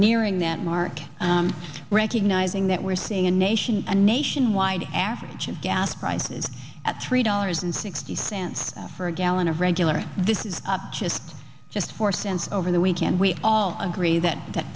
nearing that mark recognizing that we're seeing a nation a nationwide average of gas prices at three dollars and sixty cents for a gallon of regular this is just just four cents over the weekend we all agree that